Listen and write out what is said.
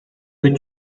veux